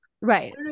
Right